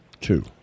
Two